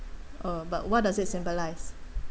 uh but what does it symbolise